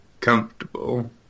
Comfortable